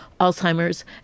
Alzheimer's